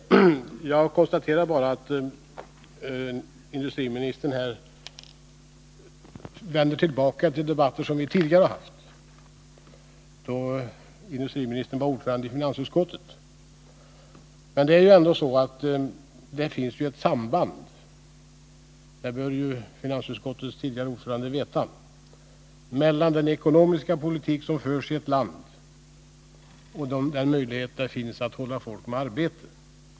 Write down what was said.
Jag konstaterar att industriministern här vänder tillbaka till debatter som vi förde då industriministern var ordförande i finansutskottet. Det är ju ändå så att det finns ett samband — det bör finansutskottets tidigare ordförande veta — mellan den ekonomiska politik som förs i ett land och möjligheten att hålla folk med arbete.